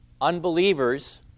unbelievers